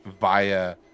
via